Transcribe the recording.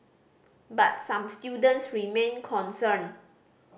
but some students remain concerned